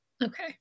Okay